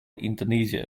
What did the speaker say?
indonesia